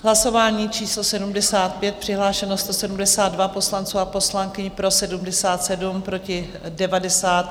Hlasování číslo 75, přihlášeno 172 poslanců a poslankyň, pro 77, proti 90.